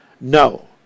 No